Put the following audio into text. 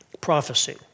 prophecy